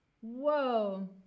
whoa